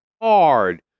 hard